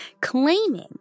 claiming